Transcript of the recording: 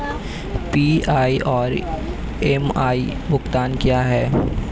PI और MI भुगतान क्या हैं?